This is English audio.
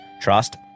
trust